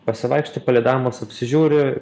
pasivaikštai palei dambas apsižiūri